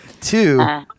Two